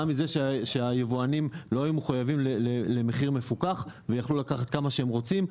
מזה שהיבואנים לא היו מחויבים למחיר מפוקח ויכלו לקחת כמה שהם רוצים.